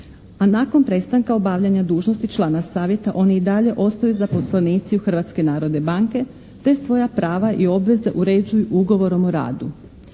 A nakon prestanka obavljanja dužnosti člana savjeta oni i dalje ostaju zaposlenici Hrvatske narodne banke te svoja prava i obveze uređuju ugovorom o radu.